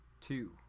two